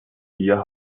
hier